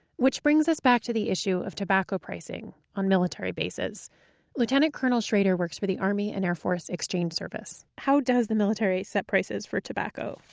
which brings us back to the issue of tobacco pricing on military bases lt. and col. shrader works for the army and air force exchange service how does the military set prices for tobacco?